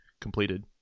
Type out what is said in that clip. completed